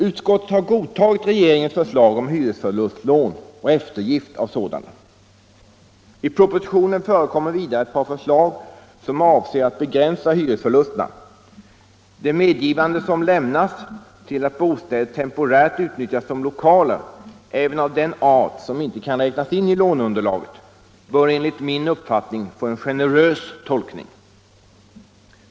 Utskottet har godtagit regeringens förslag om hyresförlustlån och eftergift av sådana. I propositionen förekommer vidare ett par förslag som avser att begränsa hyresförlusterna. Det medgivande som lämnas till att bostäder temporärt utnyttjas som lokaler även av den art som inte kan räknas in i låneunderlaget bör enligt min uppfattning få en generös tolkning.